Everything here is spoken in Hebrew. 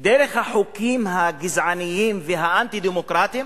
דרך החוקים הגזעניים והאנטי-דמוקרטיים.